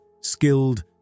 skilled